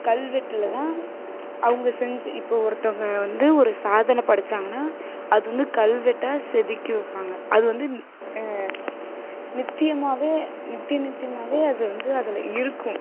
கல்வெட்டில் தான் அவங்க செஞ்சு இப்போது ஒருத்தவங்க வந்து ஒரு சாதனை படைச்சாங்கன்னா அது வந்து கல்வெட்டாக செதுக்கி வைப்பாங்க அது வந்து நித்தியமாகவே நித்திய நித்தியமாகவே அதுவந்து அதில் இருக்கும்